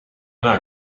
then